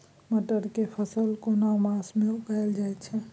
मटर के फसल केना मास में उगायल जायत छै?